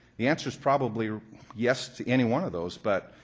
the answer's probably yes to any one of those, but,